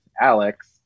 Alex